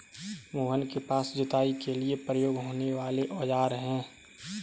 मोहन के पास जुताई के लिए प्रयोग होने वाले औज़ार है